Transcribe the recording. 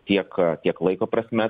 tiek kiek laiko prasme